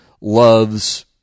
loves